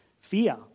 fear